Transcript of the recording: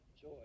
joy